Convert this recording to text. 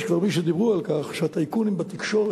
יש כבר מי שדיברו על כך שהטייקונים בתקשורת,